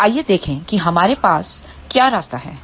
तो आइए देखें कि हमारे पास क्या रास्ता है